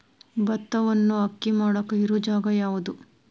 ಭತ್ತವನ್ನು ಅಕ್ಕಿ ಮಾಡಾಕ ಇರು ಜಾಗ ಯಾವುದು?